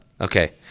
okay